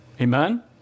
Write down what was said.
Amen